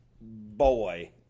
boy